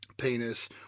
Penis